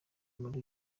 muri